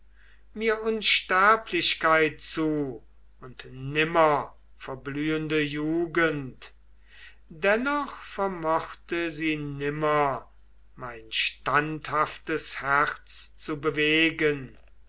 mir unsterblichkeit zu und nimmerverblühende jugend dennoch vermochte sie nimmer mein standhaftes herz zu bewegen